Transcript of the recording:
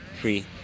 Free